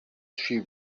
she